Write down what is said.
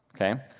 okay